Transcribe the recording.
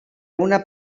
una